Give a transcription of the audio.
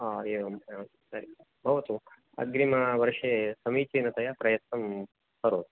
ओ एवम् एवं तर्हि भवतु अग्रिमवर्षे समीचीनतया प्रयत्नं करोतु